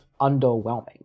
underwhelming